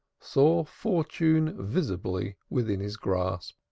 saw fortune visibly within his grasp.